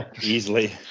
easily